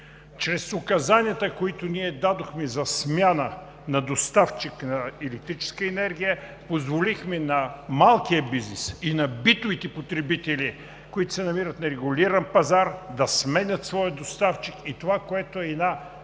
Чрез указанията, които ние дадохме за смяна на доставчик на електрическа енергия, позволихме на малкия бизнес и на битовите потребители, които се намират на регулиран пазар, да сменят своя доставчик и това, което е една от